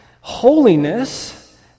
holiness